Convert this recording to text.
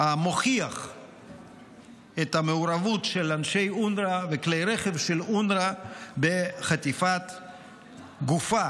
המוכיח את המעורבות של אנשי אונר"א וכלי רכב של אונר"א בחטיפת גופה,